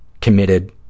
committed